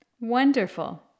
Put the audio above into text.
Wonderful